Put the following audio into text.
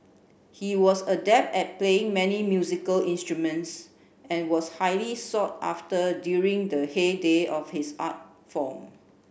he was adept at playing many musical instruments and was highly sought after during the heyday of his art form